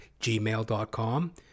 gmail.com